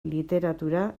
literatura